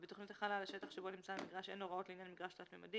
ובתכנית החלה על השטח שבו נמצא המגרש אין הוראות לעניין מגרש תלת-ממדי,